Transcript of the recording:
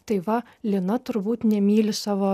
tai va lina turbūt nemyli savo